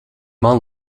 man